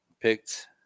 picked